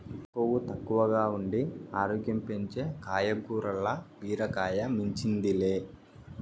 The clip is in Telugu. కొవ్వు తక్కువగా ఉండి ఆరోగ్యం పెంచే కాయగూరల్ల బీరకాయ మించింది లే